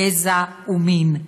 גזע ומין,